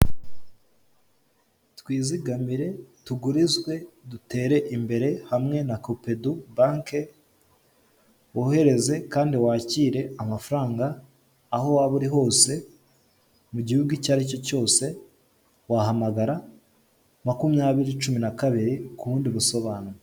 Twizigamire, tugurizwe, dutere imbere hamwe na kopedu banke, wohereze kandi wakire amafaranga aho waba uri hose mu gihugu icyo aricyo cyose wahamagara makumyabiri cumi n'akabiri ku bundi busobanuro.